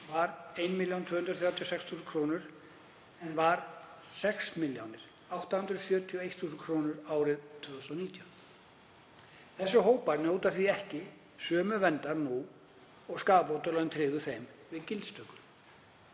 var 1.236.000 kr. en var 6.871.000 kr. árið 2019. Þessir hópar njóta því ekki sömu verndar nú og skaðabótalögin tryggðu þeim við gildistöku.